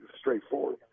straightforward